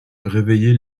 réveillait